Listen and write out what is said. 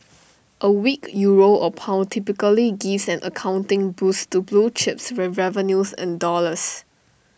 A weak euro or pound typically give an accounting boost to blue chips with revenues in dollars